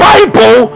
Bible